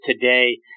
today